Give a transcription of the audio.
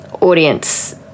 audience